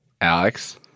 Alex